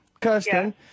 Kirsten